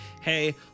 hey